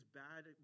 bad